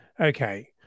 okay